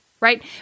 Right